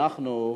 אנחנו,